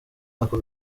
ako